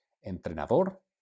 Entrenador